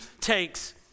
takes